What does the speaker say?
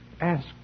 Ask